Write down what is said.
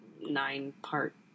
nine-part